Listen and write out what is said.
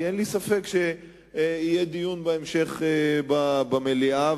כי אין לי ספק שיהיה בהמשך דיון במליאה,